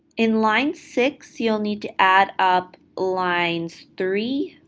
in line six, you'll need to add up lines three,